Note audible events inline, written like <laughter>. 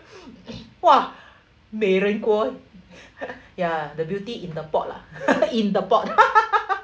!wah! ya the beauty in the pot lah <laughs> in the pot <laughs>